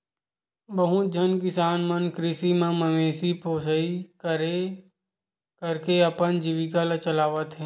बहुत झन किसान मन कृषि म मवेशी पोसई करके अपन जीविका ल चलावत हे